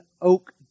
oak